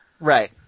Right